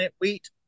wheat